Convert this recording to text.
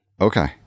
Okay